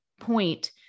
point